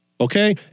Okay